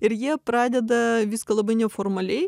ir jie pradeda viską labai neformaliai